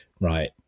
right